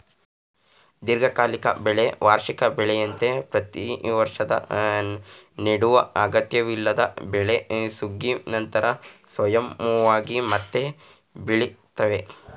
ದೀರ್ಘಕಾಲಿಕ ಬೆಳೆ ವಾರ್ಷಿಕ ಬೆಳೆಯಂತೆ ಪ್ರತಿವರ್ಷ ನೆಡುವ ಅಗತ್ಯವಿಲ್ಲದ ಬೆಳೆ ಸುಗ್ಗಿ ನಂತರ ಸ್ವಯಂವಾಗಿ ಮತ್ತೆ ಬೆಳಿತವೆ